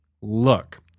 look –